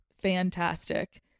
fantastic